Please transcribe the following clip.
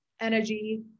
energy